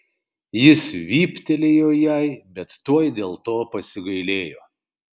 jis vyptelėjo jai bet tuoj dėl to pasigailėjo